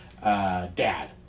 dad